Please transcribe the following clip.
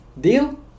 deal